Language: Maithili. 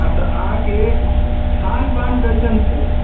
आ तऽ अहाँके खान पान कइसन छै